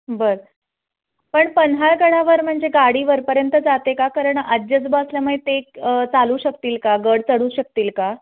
बरं पण पन्हाळगडावर म्हणजे गाडीवरपर्यंत जाते का कारण आजी आजोबा असल्यामुळे ते चालू शकतील का गड चढू शकतील का